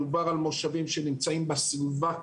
מדובר על מושבים שנמצאים בסביבה כולה,